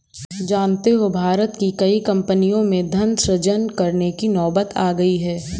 जानते हो भारत की कई कम्पनियों में धन सृजन करने की नौबत आ गई है